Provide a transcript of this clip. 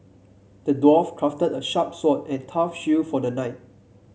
the dwarf crafted a sharp sword and tough shield for the knight